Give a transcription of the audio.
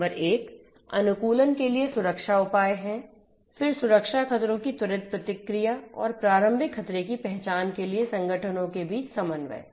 number 1 अनुकूलन के लिए सुरक्षा उपाय है फिर सुरक्षा खतरों की त्वरित प्रतिक्रिया और प्रारंभिक खतरे की पहचान के लिए संगठनों के बीच समन्वय